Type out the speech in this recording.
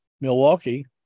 Milwaukee